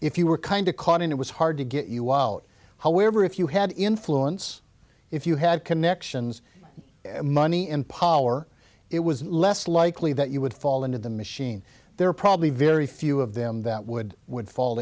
if you were kind of caught it was hard to get you out however if you had influence if you had connections money and power it was less likely that you would fall into the machine there are probably very few of them that would would fall